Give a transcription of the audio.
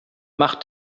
mach